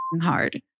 hard